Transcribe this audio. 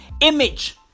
image